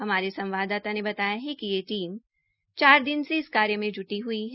हमारे संवाददाता ने बताया कि यह टीम चार दिन से इस कार्य में ज्टी हई है